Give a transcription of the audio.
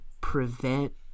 prevent